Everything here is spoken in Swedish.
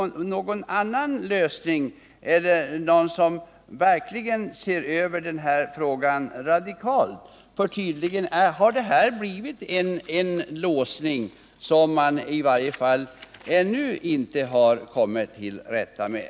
Kan man tänka sig att någon verkligen får se över frågan radikalt? Tydligen har det blivit en låsning som man i varje fall ännu inte har kommit till rätta med.